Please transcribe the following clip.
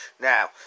Now